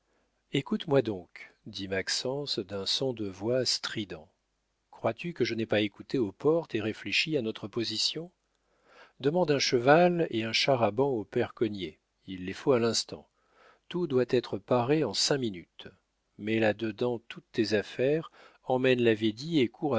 écoute-moi donc dit maxence d'un son de voix strident crois-tu que je n'aie pas écouté aux portes et réfléchi à notre position demande un cheval et un char à bancs au père cognet il les faut à l'instant tout doit être paré en cinq minutes mets là-dedans toutes tes affaires emmène la védie et